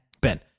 Ben